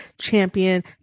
champion